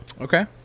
Okay